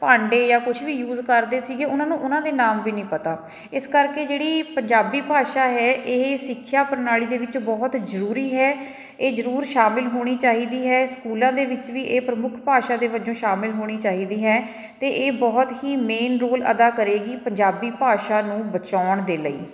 ਭਾਂਡੇ ਜਾਂ ਕੁਝ ਵੀ ਯੂਜ਼ ਕਰਦੇ ਸੀਗੇ ਉਹਨਾਂ ਨੂੰ ਉਹਨਾਂ ਦੇ ਨਾਮ ਵੀ ਨਹੀਂ ਪਤਾ ਇਸ ਕਰਕੇ ਜਿਹੜੀ ਪੰਜਾਬੀ ਭਾਸ਼ਾ ਹੈ ਇਹ ਸਿੱਖਿਆ ਪ੍ਰਣਾਲੀ ਦੇ ਵਿੱਚ ਬਹੁਤ ਜ਼ਰੂਰੀ ਹੈ ਇਹ ਜ਼ਰੂਰ ਸ਼ਾਮਿਲ ਹੋਣੀ ਚਾਹੀਦੀ ਹੈ ਸਕੂਲਾਂ ਦੇ ਵਿੱਚ ਵੀ ਇਹ ਪ੍ਰਮੁੱਖ ਭਾਸ਼ਾ ਦੇ ਵਜੋਂ ਸ਼ਾਮਿਲ ਹੋਣੀ ਚਾਹੀਦੀ ਹੈ ਅਤੇ ਇਹ ਬਹੁਤ ਹੀ ਮੇਨ ਰੋਲ ਅਦਾ ਕਰੇਗੀ ਪੰਜਾਬੀ ਭਾਸ਼ਾ ਨੂੰ ਬਚਾਉਣ ਦੇ ਲਈ